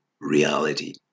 reality